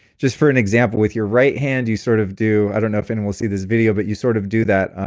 just for an example, with your right hand, you sort of do. i don't know if anyone and will see this video, but you sort of do that,